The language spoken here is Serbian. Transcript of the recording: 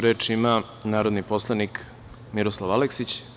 Reč ima narodni poslanik Miroslav Aleksić.